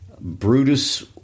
Brutus